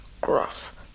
gruff